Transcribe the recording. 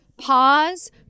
pause